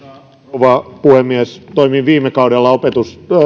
rouva puhemies toimin viime kaudella